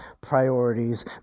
priorities